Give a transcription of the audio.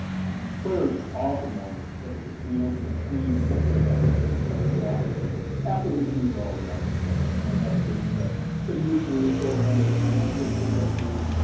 players often wonder if a casino can change the payback percentage on a slot machine after the machines already on the floor they might have a game that initially is programmed as a ninety-six percent game,